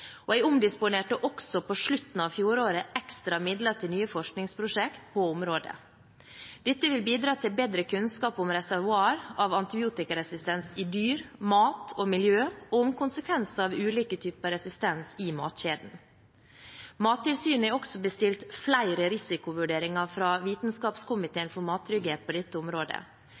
og jeg omdisponerte også på slutten av fjoråret ekstra midler til nye forskningsprosjekter på området. Dette vil bidra til bedre kunnskap om reservoarer av antibiotikaresistens i dyr, mat og miljø og om konsekvenser av ulike typer resistens i matkjeden. Mattilsynet har også bestilt flere risikovurderinger på dette området fra